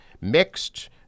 mixed